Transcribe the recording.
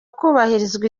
kubahirizwa